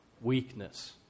weakness